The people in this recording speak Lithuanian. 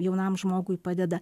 jaunam žmogui padeda